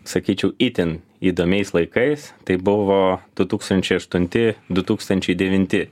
sakyčiau itin įdomiais laikais tai buvo du tūkstančiai aštunti du tūkstančiai devinti